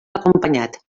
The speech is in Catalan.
acompanyat